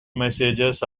messages